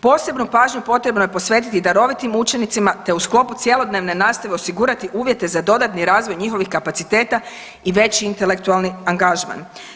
Posebnu pažnju potrebno je posvetiti darovitim učenicima, te u sklopu cjelodnevne nastave osigurati uvjete za dodatni razvoj njihovih kapaciteta i veći intelektualni angažman.